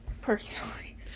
personally